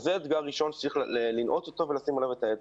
זה אתגר ראשון שצריך לשים עליו את האצבע.